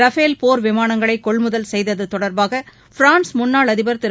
Rafale போர் விமானங்களைகொள்முதல் செய்ததுதொடர்பாகபிராள்ஸ் முன்னாள் அதிபர் திரு